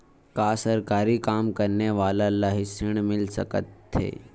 का सरकारी काम करने वाले ल हि ऋण मिल सकथे?